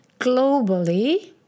globally